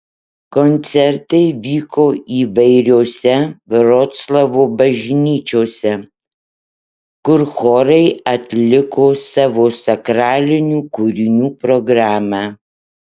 koncertai vyko įvairiose vroclavo bažnyčiose kur chorai atliko savo sakralinių kūrinių programą